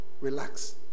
Relax